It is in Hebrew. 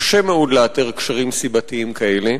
קשה מאוד לאתר קשרים סיבתיים כאלה,